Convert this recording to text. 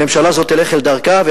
הממשלה הזאת תלך לדרכה.